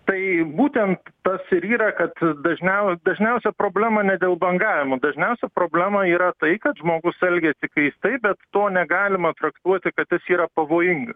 tai būtent tas ir yra kad dažniau dažniausia problema ne dėl bangavimo dažniausia problema yra tai kad žmogus elgiasi keistai bet to negalima traktuoti kad jis yra pavojinga